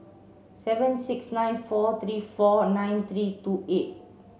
seven six nine four three four nine three two eight